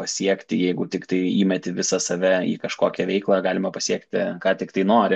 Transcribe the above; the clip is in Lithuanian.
pasiekti jeigu tiktai įmeti visą save į kažkokią veiklą galima pasiekti ką tiktai nori